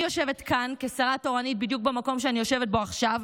אני יושבת כאן כשרה תורנית בדיוק במקום שאני יושבת בו עכשיו,